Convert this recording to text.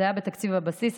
זה היה בתקציב הבסיס,